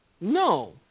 No